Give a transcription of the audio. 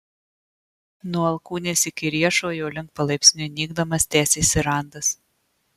nuo alkūnės iki riešo jo link palaipsniui nykdamas tęsėsi randas